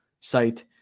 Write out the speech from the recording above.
site